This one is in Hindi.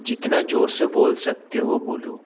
जितना ज़ोर से बोल सकते हो बोलो